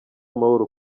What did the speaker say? amahoro